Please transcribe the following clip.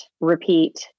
repeat